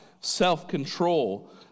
self-control